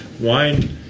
Wine